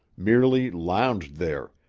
merely lounged there,